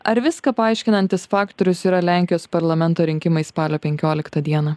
ar viską paaiškinantis faktorius yra lenkijos parlamento rinkimai spalio penkioliktą dieną